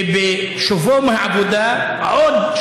לא באו להגנת העיתון לא עיתונאים ולא עורכים,